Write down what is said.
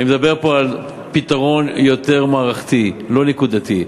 אני מדבר פה על פתרון יותר מערכתי, לא נקודתי.